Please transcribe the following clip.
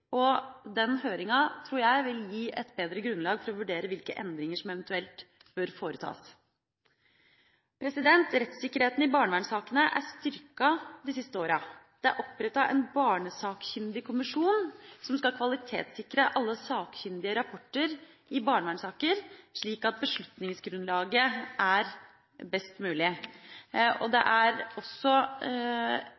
og den høringa tror jeg vil gi et bedre grunnlag for å vurdere hvilke endringer som eventuelt bør foretas. Rettssikkerheten i barnevernssakene er styrket de siste åra. Det er opprettet Barnesakkyndig kommisjon, som skal kvalitetssikre alle sakkyndige rapporter i barnevernssaker, slik at beslutningsgrunnlaget er best mulig. Det